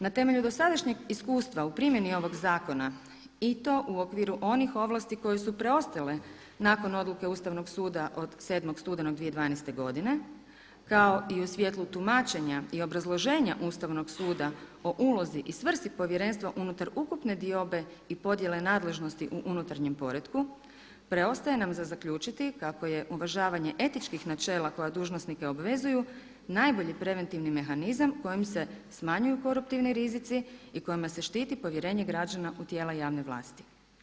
Na temelju dosadašnjeg iskustva u primjeni ovog zakona i to u okviru onih ovlasti koje su preostale nakon odluke Ustavnog suda od 7. studenog 2012., kao i u svjetlu tumačenja i obrazloženja Ustavnog suda o ulozi i svrsi Povjerenstva unutar ukupne diobe i podjele nadležnosti u unutarnjem poretku, preostaje nam za zaključiti kako je uvažavanje etičkih načela koja dužnosnike obvezuju najbolji preventivni mehanizam kojim se smanjuju koruptivni rizici i kojima se štiti povjerenje građana u tijela javne vlasti.